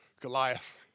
Goliath